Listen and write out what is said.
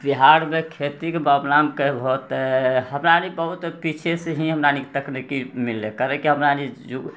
बिहारमे खेतीके मामिलामे कहबो तऽ हमराअनी बहुत पीछेसँ ही हमराअनीके तकनीकी मिललै कारण की हमराअनी